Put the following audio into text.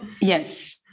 yes